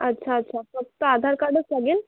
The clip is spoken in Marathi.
अच्छा अच्छा फक्त आधारकार्डच लागेल